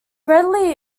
readily